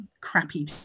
crappy